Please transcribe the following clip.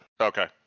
Okay